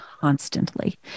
constantly